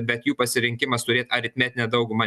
bet jų pasirinkimas turėt aritmetinę daugumą